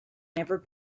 never